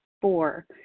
Four